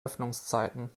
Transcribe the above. öffnungszeiten